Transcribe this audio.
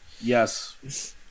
Yes